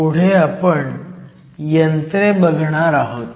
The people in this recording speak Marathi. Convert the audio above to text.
पुढे आपण यंत्रे बघणार आहोत